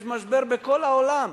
יש משבר בכל העולם,